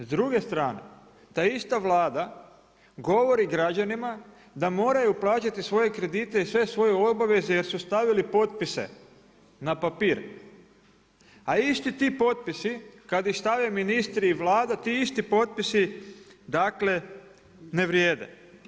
S druge strane ta ista Vlada govori građanima da moraju plaćati svoje kredite i sve svoje obaveze jer su stavili potpise na papir, a isti ti potpisi kada ih stave ministri i Vlada ti isti potpisi ne vrijede.